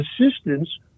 assistance